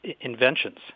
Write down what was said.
inventions